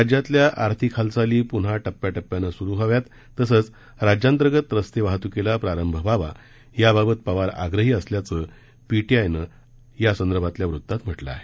राज्यातील आर्थिक हालचाली प्न्हा टप्याटप्प्यानं सुरू व्हाव्या तसंच राज्यांतर्गत रस्ते वाहत्कीला प्रारंभ व्हावा या बाबत पवार आग्रही असल्याचं पीटीआय वृतसंस्थेनं आपल्या या संदर्भातील वृत्तात म्हटलं आहे